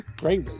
great